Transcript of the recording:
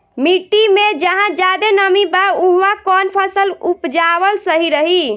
मिट्टी मे जहा जादे नमी बा उहवा कौन फसल उपजावल सही रही?